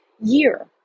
year